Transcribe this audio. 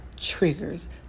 triggers